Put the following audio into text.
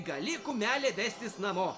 gali kumelę vestis namo